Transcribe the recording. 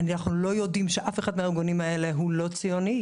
אנחנו לא יודעים שאף אחד מהארגונים האלה הוא לא ציוני.